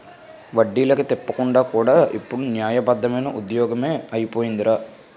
వడ్డీలకి తిప్పడం కూడా ఇప్పుడు న్యాయబద్దమైన ఉద్యోగమే అయిపోందిరా చూడు